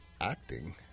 acting